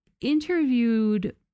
interviewed